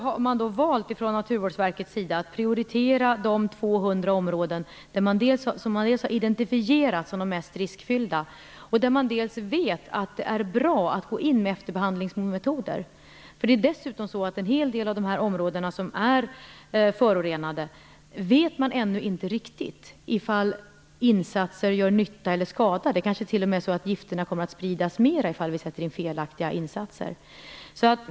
Från Naturvårdsverkets sida har man därför valt att prioritera de 200 områden som man har identifierat som de mest riskfyllda och där man vet att det är bra att gå in med efterbehandlingsmetoder. När det gäller en hel del av de områden som är förorenade vet man ännu inte riktigt om insatser gör nytta eller skada. Det kanske t.o.m. är så att gifterna kommer att spridas mer om vi gör fel insatser.